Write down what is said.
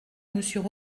monsieur